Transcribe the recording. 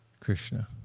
Krishna